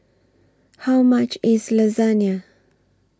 How much IS Lasagna